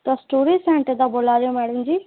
तुस केह्ड़े सेंटर दा बोल्ला दे ओ मैडम जी